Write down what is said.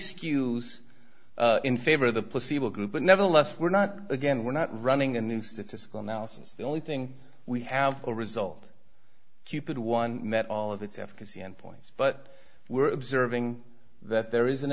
skew in favor of the placebo group but nevertheless we're not again we're not running a new statistical analysis the only thing we have a result cupid one met all of its efficacy endpoints but we're observing that there is an